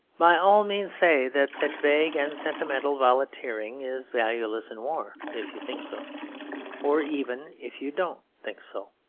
by all means say that such vague and sentimental volunteering is valueless in war if you think so or even if you don't think so.